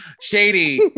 Shady